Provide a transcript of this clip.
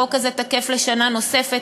החוק הזה תקף לשנה נוספת,